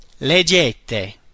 leggete